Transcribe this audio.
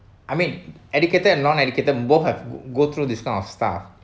I mean educated and none educated both have go through this kind of stuff